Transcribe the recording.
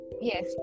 Yes